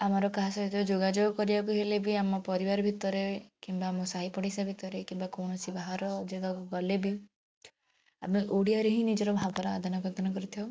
ଆମର କାହା ସହିତ ଯୋଗାଯୋଗ କରିବାକୁ ହେଲେ ବି ଆମ ପରିବାର ଭିତରେ କିମ୍ବା ଆମ ସାହି ପଡ଼ିଶା ଭିତରେ କିମ୍ବା କୌଣସି ବାହର ଜାଗାକୁ ଗଲେ ବି ଆମେ ଓଡ଼ିଆରେ ହିଁ ନିଜର ଭାବର ଆଦାନପ୍ରଦାନ କରିଥାଉ